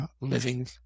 living